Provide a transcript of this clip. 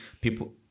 people